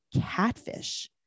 CATFISH